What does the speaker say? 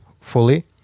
fully